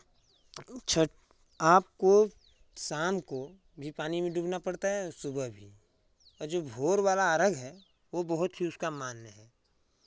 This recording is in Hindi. छठ आपको शाम को भी पानी में डूबना पड़ता और सुबह भी और जो भोर बाला अर्घ्य है वो बहुत ही उसका मान्य है